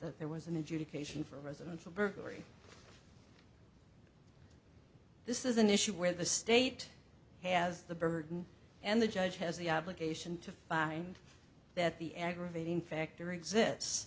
that there was an adjudication for residents of burglary this is an issue where the state has the burden and the judge has the obligation to find that the aggravating factor exists